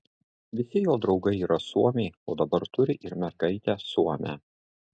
visi jo draugai yra suomiai o dabar turi ir mergaitę suomę